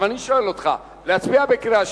אני שואל אותך: להצביע בקריאה שלישית?